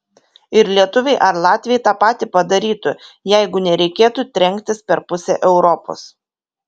ir lietuviai ar latviai tą patį padarytų jeigu nereikėtų trenktis per pusę europos